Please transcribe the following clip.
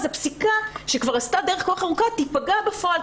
הפסיקה שכבר עשתה דרך כל כך ארוכה תיפגע בפועל,